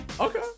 Okay